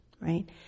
right